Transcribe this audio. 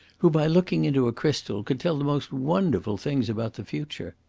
who, by looking into a crystal, could tell the most wonderful things about the future.